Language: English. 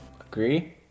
Agree